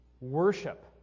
Worship